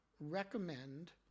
recommend